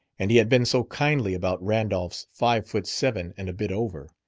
and he had been so kindly about randolph's five foot seven and a bit over.